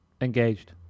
Engaged